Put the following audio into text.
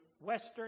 western